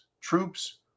troops